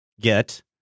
get